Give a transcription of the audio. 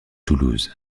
toulouse